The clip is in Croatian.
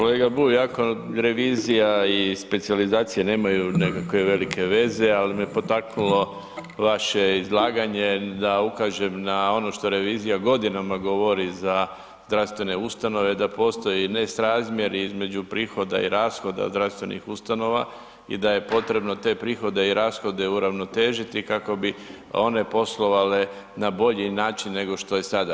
Kolega Bulj, iako revizija i specijalizacija nemaju nekakve velike veze, al me potaknulo vaše izlaganje da ukažem na ono što revizija godinama govori za zdravstvene ustanove da postoji nesrazmjer između prihoda i rashoda zdravstvenih ustanova i da je potrebno te prihode i rashode uravnotežiti kako bi one poslovale na bolji način nego što je sada.